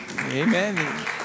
Amen